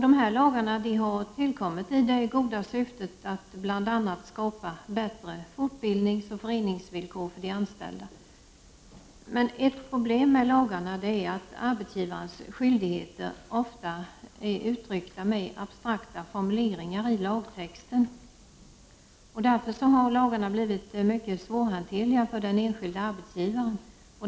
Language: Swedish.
Dessa lagar har tillkommit i det goda syftet att bl.a. skapa bättre fortbildningsoch föreningsvillkor för de anställda. Ett problem med lagarna är att arbetsgivarens skyldigheter ofta är uttryckta med abstrakta formuleringar i lagtexten. Därför har lagarna blivit mycket svårhanterliga för den enskilde arbetsgivaren.